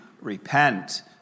repent